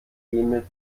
mit